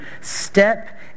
step